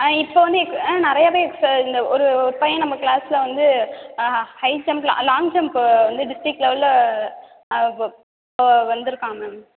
ஆ இப்போ வந்து எக்ஸ் ஆ நிறையவே இப்போ இந்த ஒரு பையன் நம்ம கிளாஸ்ல வந்து ஹை ஜம்ப்பில் லாங் ஜம்ப் வந்து டிஸ்ட்ரிக் லெவலில் வந்திருக்கான் மேம்